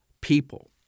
people